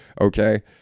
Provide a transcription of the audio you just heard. okay